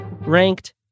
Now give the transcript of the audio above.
ranked